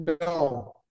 no